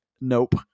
Nope